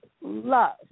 love